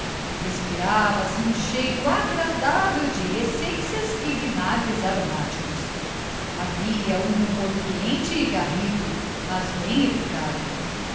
do porto respirava se um cheiro agradável de essências e vinagres aromáticos havia um rumor quente e garrido mas bem-educado